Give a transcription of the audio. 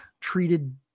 treated